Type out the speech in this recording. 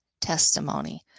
testimony